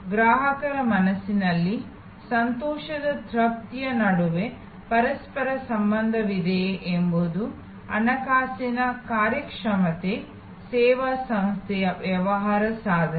ಆದ್ದರಿಂದ ಗ್ರಾಹಕರ ಮನಸ್ಸಿನಲ್ಲಿ ಸಂತೋಷದ ತೃಪ್ತಿಯ ನಡುವೆ ಪರಸ್ಪರ ಸಂಬಂಧವಿದೆಯೇ ಎಂಬುದು ಹಣಕಾಸಿನ ಕಾರ್ಯಕ್ಷಮತೆ ಸೇವಾ ಸಂಸ್ಥೆಯ ವ್ಯವಹಾರ ಸಾಧನೆ